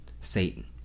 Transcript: Satan